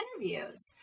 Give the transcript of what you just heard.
interviews